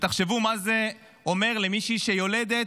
ותחשבו מה זה אומר למישהי שיולדת,